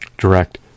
Direct